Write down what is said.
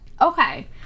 Okay